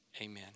Amen